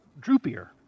droopier